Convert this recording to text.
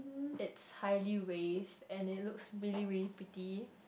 its highly wave and it looks really really pretty